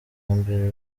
mbere